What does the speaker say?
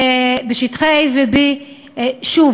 שוב,